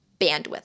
bandwidth